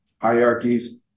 hierarchies